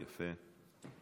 יפה.